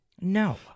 No